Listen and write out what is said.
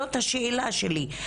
זאת השאלה שלי.